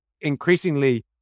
increasingly